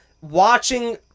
watching